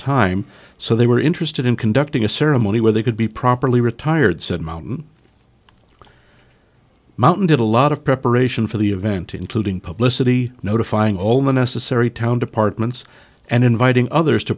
time so they were interested in conducting a ceremony where they could be properly retired said mountain mountain did a lot of preparation for the event including publicity notifying all the necessary town departments and inviting others to